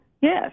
Yes